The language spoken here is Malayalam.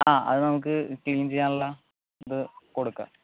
ആ അത് നമുക്ക് ക്ലീൻ ചെയ്യാനുള്ള ഇത് കൊടുക്കാം